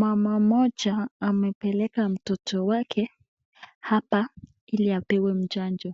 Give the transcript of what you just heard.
Mama moja amepeleka mtoto wake hapa ili apewe chanjo,